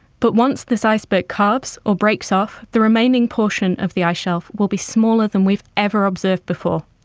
but once this iceberg calves or breaks off the remaining portion of the ice shelf will be smaller than we've ever observed before.